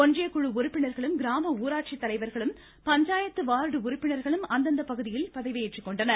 ஒன்றியக்குழு உறுப்பினர்களும் கிராம ஊராட்சி தலைவர்களும் பஞ்சாயத்து வார்டு உறுப்பினர்களும் அந்தந்த பகுதிகளில் பதவியேற்றுக் கொண்டனர்